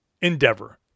endeavor